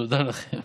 תודה לכם.